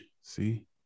see